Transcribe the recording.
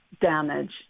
damage